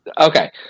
Okay